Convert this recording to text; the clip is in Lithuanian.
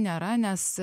nėra nes